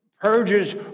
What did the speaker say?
purges